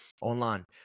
online